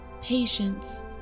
patience